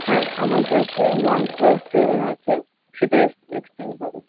হ্যাঁ আমার কাছে ওয়ানপ্লাস সেভেন আছে সেটাই এক্সচেঞ্জ হবে